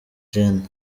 gen